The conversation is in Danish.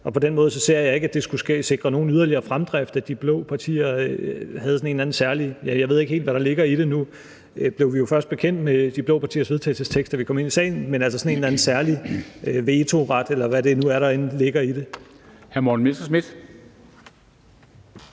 På den måde ser jeg ikke, at det skulle sikre nogen yderligere fremdrift, at de blå partier havde en eller anden særlig – jeg ved ikke helt, hvad der ligger i det nu, for vi blev jo først bekendt med de blå partiers vedtagelsestekst, da vi kom ind i salen – vetoret, eller hvad det nu end er, der ligger i det.